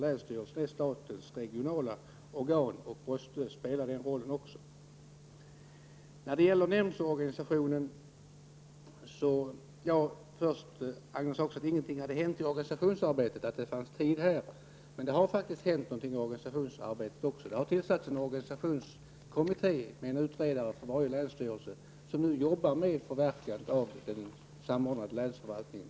Länsstyrelsen är statens regionala organ och måste också spela den rollen. Agne Hansson sade vidare att ingenting har hänt i organisationsarbetet och att det finns tid. Men det har faktiskt hänt något på detta område, det har nämligen tillsatts en organisationskommitté med en utredare från varje länsstyrelse, en kommitté som nu arbetar med förverkligandet av den sam ordnade länsförvaltningen.